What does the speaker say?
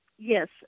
Yes